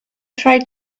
try